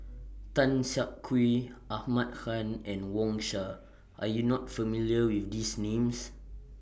Tan Siak Kew Ahmad Khan and Wang Sha Are YOU not familiar with These Names